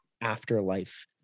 afterlife